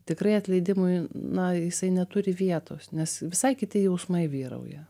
tikrai atleidimui na jisai neturi vietos nes visai kiti jausmai vyrauja